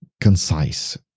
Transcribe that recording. concise